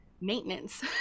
maintenance